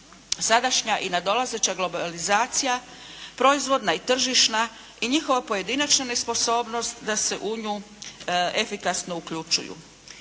sadašnja i nadolazeća globalizacija, proizvodna i tržišna i njihova pojedinačna nesposobnost da se u nju efikasno uključuju.